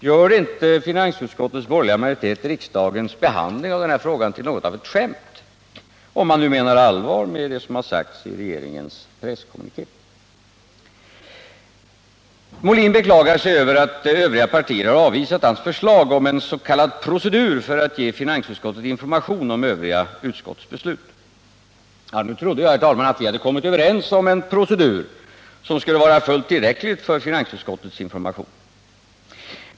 Gör inte finansutskottets borgerliga majoritet riksdagens behandling av den här frågan till något av ett skämt —-om regeringen nu menar allvar med det man säger i sin presskommuniké? Herr Molin beklagar sig över att övriga partier har avvisat hans förslag om en s.k. procedur för att ge finansutskottet information om övriga utskotts beslut. Nu trodde jag, herr talman, att vi hade kommit överens om en procedur som skulle vara fullt tillräcklig för finansutskottets information.